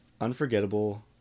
unforgettable